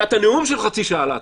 אבל נתת נאום של חצי שעה על ההתחלה.